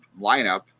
lineup